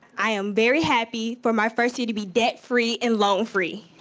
i am very happy for my first year to be debt-free and loan-free.